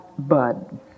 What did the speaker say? bud